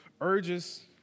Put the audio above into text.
urges